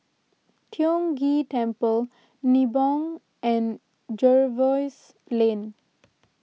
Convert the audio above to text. Tiong Ghee Temple Nibong and Jervois Lane